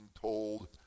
told